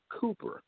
Cooper